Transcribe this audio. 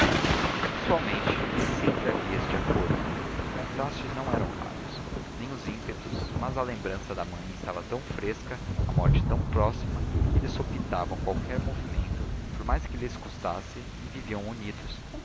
pessoalmente nem sempre havia este acordo os contrastes não eram raros nem os ímpetos mas a lembrança da mãe estava tão fresca a morte tão próxima que eles sopitavam qualquer movimento por mais que lhes custasse e viviam unidos